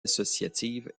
associative